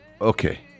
Okay